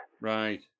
Right